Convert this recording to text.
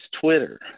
Twitter